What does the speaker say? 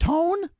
Tone